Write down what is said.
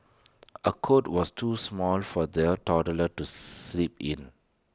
A cot was too small for their toddler to sleep in